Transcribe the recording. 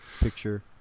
picture